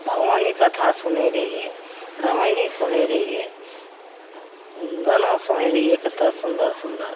भगवानी कथा सुनय रहियै रामायणी सुनय रहियै गाना सुनय रहियै केतना सुन्दर सुन्दर